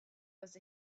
was